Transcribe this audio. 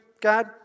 God